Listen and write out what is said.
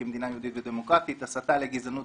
כמדינה יהודית ודמוקרטית; הסתה לגזענות,